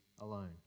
alone